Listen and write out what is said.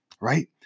right